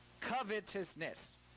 Covetousness